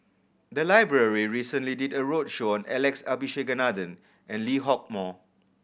the library recently did a roadshow on Alex Abisheganaden and Lee Hock Moh